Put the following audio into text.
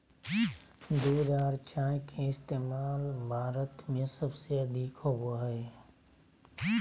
दूध आर चाय के इस्तमाल भारत में सबसे अधिक होवो हय